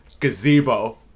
Gazebo